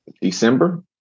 December